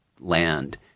land